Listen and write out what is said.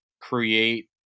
create